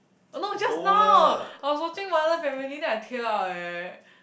no just now I was watching modern family then I tear up eh